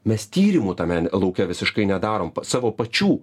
mes tyrimų tame lauke visiškai nedarom savo pačių